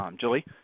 Julie